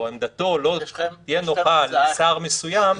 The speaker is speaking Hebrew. או עמדתו לא תהיה נוחה לשר מסוים,